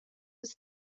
was